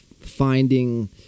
finding